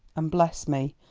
and bless me!